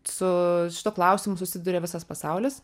su šituo klausimu susiduria visas pasaulis